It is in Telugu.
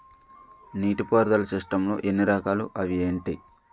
నీటిపారుదల సిస్టమ్ లు ఎన్ని రకాలు? అవి ఏంటి?